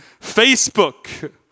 Facebook